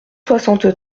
soixante